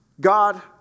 God